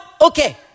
Okay